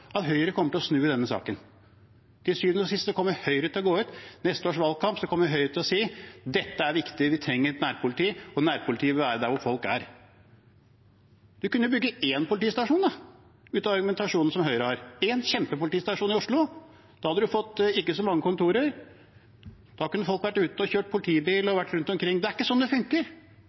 at Høyre kommer til å snu i denne saken. Til syvende og sist, ved neste års valgkamp, kommer Høyre til å gå ut og si at dette er viktig, vi trenger et nærpoliti, og nærpolitiet bør være der hvor folk er. Ut fra Høyres argumentasjon kunne vi bygd én politistasjon, en kjempepolitistasjon i Oslo. Da hadde man ikke fått så mange kontorer. Da kunne folk vært ute og kjørt politibil og vært rundt omkring. Det er ikke sånn det funker!